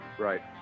Right